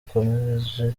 ukomeje